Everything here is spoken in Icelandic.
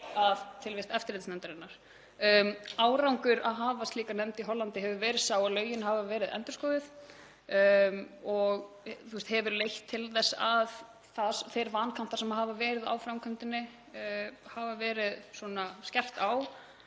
tilvist eftirlitsnefndarinnar. Árangurinn af því að hafa slíka nefnd í Hollandi hefur verið sá að lögin hafa verið endurskoðuð og hefur leitt til þess að þeir vankantar sem hafa verið á framkvæmdinni — það hefur þá verið skerpt á